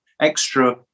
extra